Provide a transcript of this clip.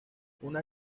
una